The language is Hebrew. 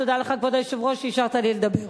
תודה לך, כבוד היושב-ראש, שאפשרת לי לדבר.